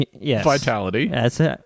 vitality